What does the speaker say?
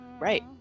Right